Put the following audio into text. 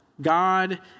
God